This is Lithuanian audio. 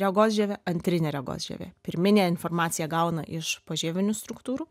regos žievė antrinė regos žievė pirminę informaciją gauna iš požievinių struktūrų